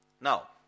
Now